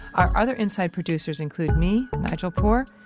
our other inside producers include me, nigel poor,